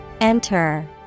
Enter